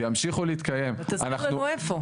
וימשיכו להתקיים תסביר לנו איפה?